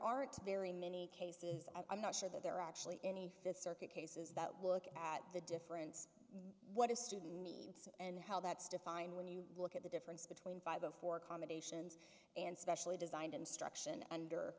aren't very many cases i'm not sure that there actually any fifth circuit cases that look at the difference what a student needs and how that's defined when you look at the difference between five of four accommodations and specially designed instruction and